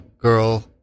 girl